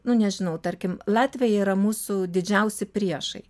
nu nežinau tarkim latviai yra mūsų didžiausi priešai